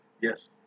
Yes